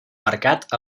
mercat